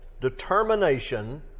determination